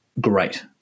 great